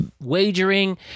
wagering